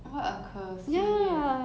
what a 可惜 eh